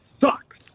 sucks